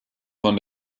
von